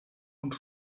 und